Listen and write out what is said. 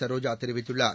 சரோஜா தெரிவித்துள்ளார்